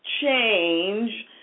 change